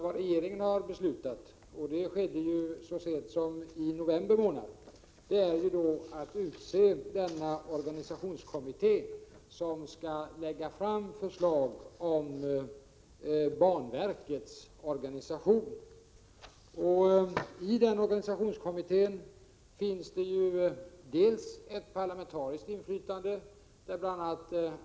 Vad regeringen har beslutat — så sent som i november månad — är att utse den kommitté som skall lägga fram förslag om banverkets organisation. I organisationskommittén finns dels ett parlamentariskt inflytande där bl.a.